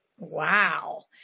Wow